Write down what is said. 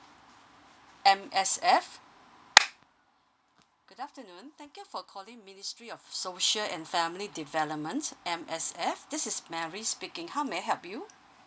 M_S_F good afternoon thank you for calling ministry of social and family development M_S_F this is mary speaking how may I help you